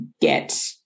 get